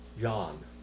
John